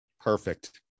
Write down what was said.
Perfect